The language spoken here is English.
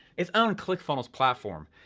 it's own click funnel's platform,